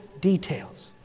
details